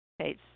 Okay